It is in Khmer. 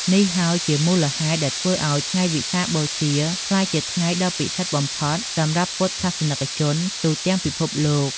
នេះហើយជាមូលហេតុដែលធ្វើឱ្យថ្ងៃវិសាខបូជាក្លាយជាថ្ងៃដ៏ពិសិដ្ឋបំផុតសម្រាប់ពុទ្ធសាសនិកជនទូទាំងពិភពលោក។